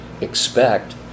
expect